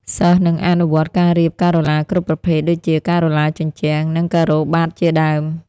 សិស្សនឹងអនុវត្តការរៀបការ៉ូឡាគ្រប់ប្រភេទដូចជាការ៉ូឡាជញ្ជាំង និងការ៉ូបាតជាដើម។